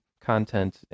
content